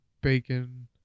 bacon